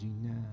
now